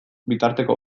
bitarteko